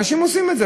אנשים עושים את זה.